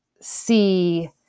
see